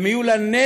והם יהיו לנצח